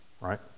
Right